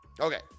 Okay